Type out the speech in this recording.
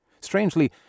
Strangely